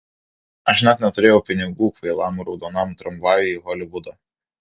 aš net neturėjau pinigų kvailam raudonam tramvajui į holivudą